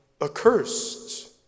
accursed